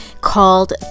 called